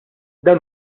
dawn